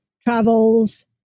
travels